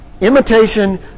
Imitation